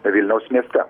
vilniaus mieste